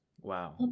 Wow